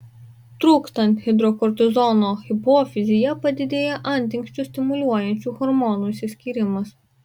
trūkstant hidrokortizono hipofizyje padidėja antinksčius stimuliuojančių hormonų išsiskyrimas